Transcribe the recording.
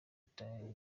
leta